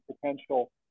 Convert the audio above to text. potential